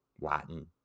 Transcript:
Latin